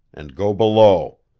and go below.